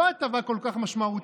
לא הטבה כל כך משמעותית,